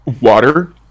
water